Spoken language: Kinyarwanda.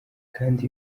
kandi